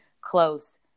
close